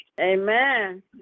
Amen